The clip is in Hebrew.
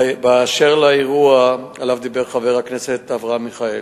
אשר לאירוע שעליו דיבר חבר הכנסת אברהם מיכאלי,